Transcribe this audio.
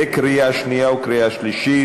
לקריאה שנייה וקריאה שלישית,